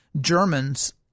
Germans